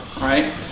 right